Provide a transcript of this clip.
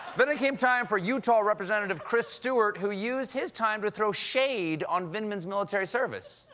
then it came time for utah representative chris stewart, who used his time to throw shade on vindman's military service.